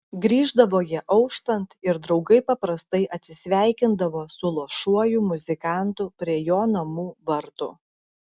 grįždavo jie auštant ir draugai paprastai atsisveikindavo su luošuoju muzikantu prie jo namų vartų